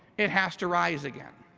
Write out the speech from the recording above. it has to rise again.